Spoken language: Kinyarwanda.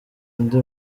undi